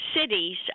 cities